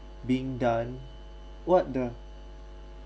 being done what the